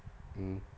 mmhmm